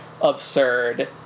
absurd